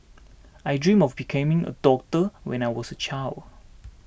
I dreamt of becoming a doctor when I was a child